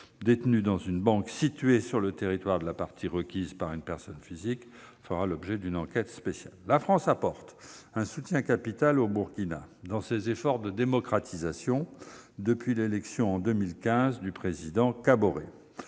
détenus dans une banque située sur le territoire de la partie requise par une personne physique ou morale faisant l'objet d'une enquête pénale. La France apporte un soutien capital au Burkina Faso dans ses efforts de démocratisation depuis l'élection du Président Kaboré